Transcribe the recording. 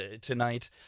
tonight